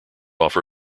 offer